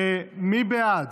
מי בעד